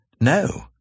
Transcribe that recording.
No